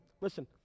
listen